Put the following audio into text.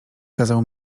kazał